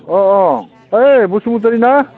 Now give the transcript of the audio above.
अह अह ओइ बसुमतारी ना